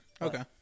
Okay